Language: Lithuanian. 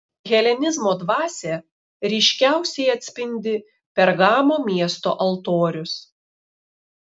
helenizmo dvasią ryškiausiai atspindi pergamo miesto altorius